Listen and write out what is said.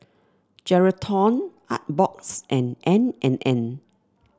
Geraldton Artbox and N and N